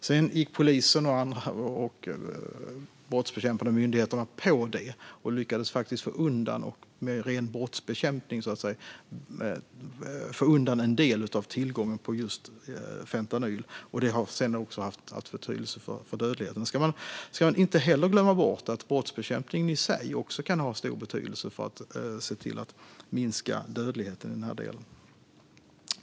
Sedan gick polisen och de brottsbekämpande myndigheterna på detta och lyckades med ren brottsbekämpning få undan en del av tillgången till fentanyl, och det har haft betydelse för dödligheten. Man ska inte glömma bort att brottsbekämpningen i sig kan ha stor betydelse för att minska dödlighet.